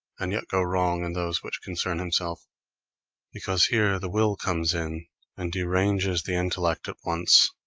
and yet go wrong in those which concern himself because here the will comes in and deranges the intellect at once.